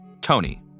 Tony